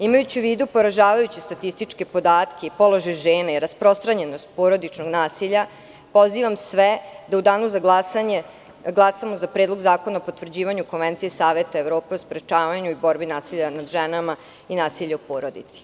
Imajući u vidu poražavajuće statističke podatke i položaj žena i rasprostranjenost porodičnog nasilja, pozivam sve da u Danu za glasanje glasamo za Predlog zakona o potvrđivanju Konvencije Saveta Evrope o sprečavanju i borbi protiv nasilja nad ženama i nasilja u porodici.